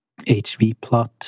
hvplot